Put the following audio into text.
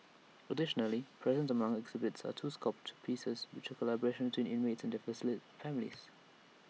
additionally present among the exhibits are two sculpture pieces which collaborations between inmates and first their families